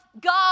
God